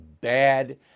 bad